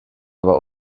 aber